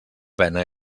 pena